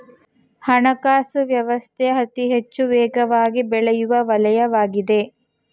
ಹಣಕಾಸು ವ್ಯವಸ್ಥೆ ಅತಿಹೆಚ್ಚು ವೇಗವಾಗಿಬೆಳೆಯುವ ವಲಯವಾಗಿದೆ